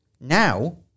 Now